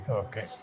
okay